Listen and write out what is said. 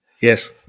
Yes